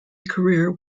career